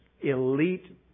elite